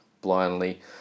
blindly